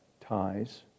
ties